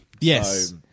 Yes